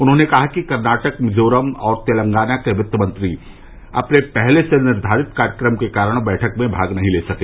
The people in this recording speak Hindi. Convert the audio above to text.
उन्होंने कहा कि कर्नाटक मिजोरम और तेलंगाना के वित्तमंत्री अपने पहले से निर्धारित कार्यक्रम के कारण बैठक में भाग नहीं ले सके